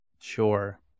sure